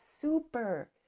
super